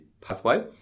pathway